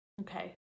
Okay